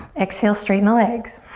exhale, straighten the legs.